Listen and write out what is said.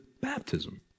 baptism